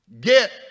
get